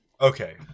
Okay